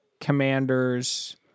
commanders